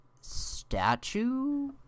statue